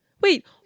Wait